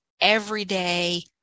everyday